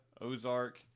Ozark